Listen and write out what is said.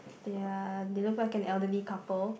they are elderly couple